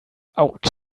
ouch